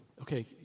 okay